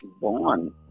born